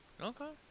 Okay